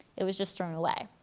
it was just thrown away.